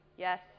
Yes